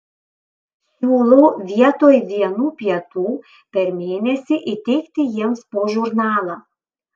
siūlau vietoj vienų pietų per mėnesį įteikti jiems po žurnalą